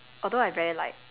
although I very like